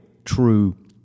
true